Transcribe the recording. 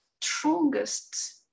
strongest